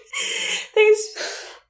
Thanks